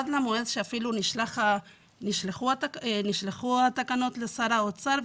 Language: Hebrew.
אפילו עד למועד שהתקנות נשלחו לשר האוצר,